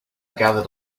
gathered